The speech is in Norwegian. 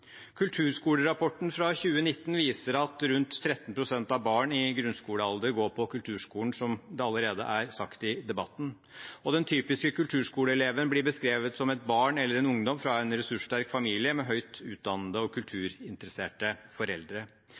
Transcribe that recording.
Kulturskolerapporten fra 2019 viser at rundt 13 pst. av barn i grunnskolealder går på kulturskolen, som det allerede er sagt i debatten. Den typiske kulturskoleeleven blir beskrevet som et barn eller en ungdom fra en ressurssterk familie med høyt utdannede og kulturinteresserte foreldre.